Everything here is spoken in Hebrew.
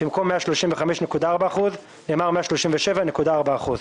(2)במקום "135.4%" נאמר "137.4%".